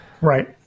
right